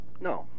no